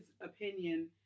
opinion